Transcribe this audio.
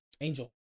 Angel